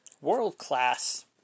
world-class